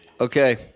Okay